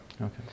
Okay